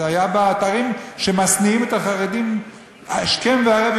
זה היה באתרים שמשניאים את החרדים השכם וערב,